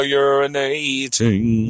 urinating